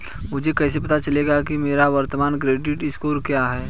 मुझे कैसे पता चलेगा कि मेरा वर्तमान क्रेडिट स्कोर क्या है?